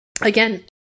again